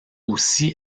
aussi